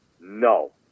No